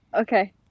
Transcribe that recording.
Okay